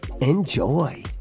enjoy